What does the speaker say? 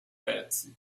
pezzi